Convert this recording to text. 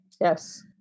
Yes